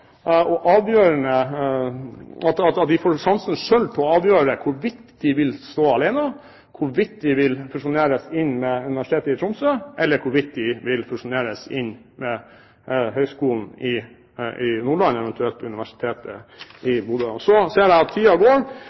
avgjøre hvorvidt de vil stå alene, hvorvidt de vil fusjoneres med Universitetet i Tromsø eller hvorvidt de vil fusjoneres med Høgskolen i Nordland, eventuelt universitetet i Bodø. Jeg ser at tiden går. Jeg må si at